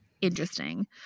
interesting